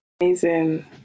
Amazing